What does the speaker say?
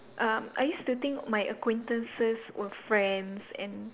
uh I used to think my acquaintances were friends and